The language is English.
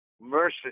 mercy